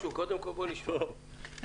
קודם כל בוא נשמע אם הם עשו משהו.